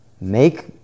make